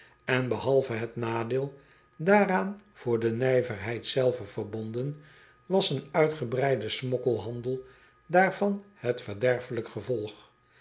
en behalve het nadeel daaraan voor de nijverheid zelve verbonden was een uitgebreide smokkelhandel daarvan het verderfelijk gevolg